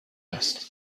است